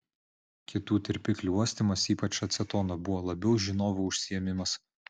kitų tirpiklių uostymas ypač acetono buvo labiau žinovų užsiėmimas